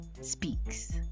speaks